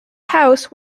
house